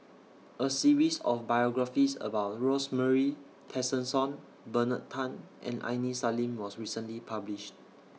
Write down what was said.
A series of biographies about Rosemary Tessensohn Bernard Tan and Aini Salim was recently published